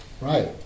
right